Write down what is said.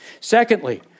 Secondly